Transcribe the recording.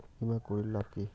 বিমা করির লাভ কি?